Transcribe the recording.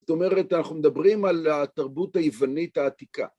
זאת אומרת, אנחנו מדברים על התרבות היוונית העתיקה.